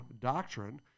doctrine